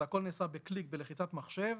זה הכל נעשה בקליק בלחיצת מחשב,